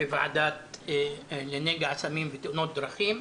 בוועדה לנגע הסמים ותאונות דרכים.